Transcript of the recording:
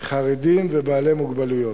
חרדים ובעלי מוגבלויות.